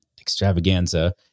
extravaganza